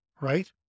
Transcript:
right